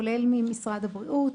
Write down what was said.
כולל משרד הבריאות,